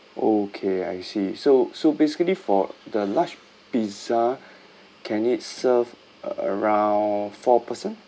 okay I see so so basically for the large pizza can it serve around four person